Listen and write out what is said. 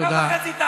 דקה וחצי תעביר אליי.